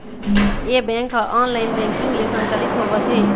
ए bank ह online banking ले संचालित होवत हे